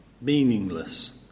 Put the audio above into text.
meaningless